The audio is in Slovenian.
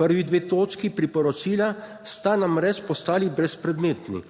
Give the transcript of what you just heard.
prvi dve točki priporočila sta namreč postali brezpredmetni.